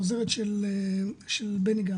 העוזרת של בני גנץ.